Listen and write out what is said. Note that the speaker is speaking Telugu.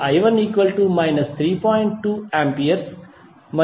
2A మరియుi22